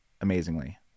amazingly